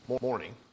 morning